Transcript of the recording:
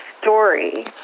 story